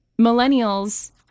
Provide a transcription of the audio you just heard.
millennials